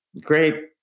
great